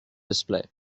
display